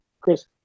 Chris